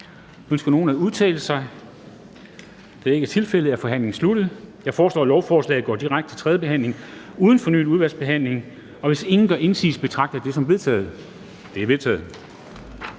Ønsker nogen at udtale sig? Da det ikke er tilfældet, er forhandlingen sluttet. Jeg foreslår, at lovforslaget går direkte til tredje behandling uden fornyet udvalgsbehandling. Hvis ingen gør indsigelse, betragter jeg det som vedtaget. Det er vedtaget.